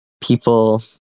people